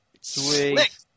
Sweet